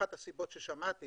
אחת הסיבות ששמעתי